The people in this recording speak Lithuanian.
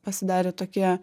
pasidarė tokie